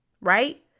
Right